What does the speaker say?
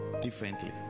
differently